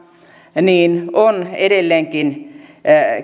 on edelleenkin